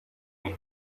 and